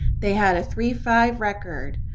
they had a three five record.